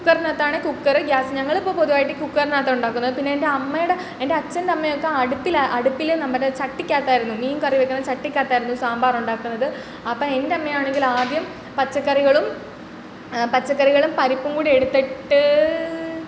കുക്കറിനകത്താണേ cooker gas ഞങ്ങൾ ഇപ്പം പൊതുവായിട്ട് കുക്കറിനകത്താണ് ഉണ്ടാക്കുന്നത് പിന്നെ എൻ്റെ അമ്മേടെ എൻ്റെ അച്ഛൻ്റെ അമ്മയൊക്ക അടുപ്പിലാണ് അടുപ്പിൽ നമ്മുടെ ചട്ടിക്കകത്തായിരുന്നു മീൻ കറി വെക്കണത് ചട്ടിക്കകത്തായിരുന്നു സാമ്പാറ് ഉണ്ടാക്കുന്നത് അപ്പം എൻ്റമ്മ ആണെങ്കിൽ ആദ്യം പച്ചക്കറികളും പച്ചക്കറികളും പരിപ്പും കൂടെ എടുത്തിട്ട്